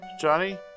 Johnny